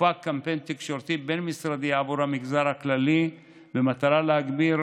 הופק קמפיין תקשורתי בין-משרדי עבור המגזר הכללי במטרה להגביר